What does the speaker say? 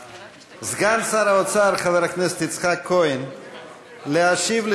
סגן שר האוצר חבר הכנסת יצחק כהן ישיב על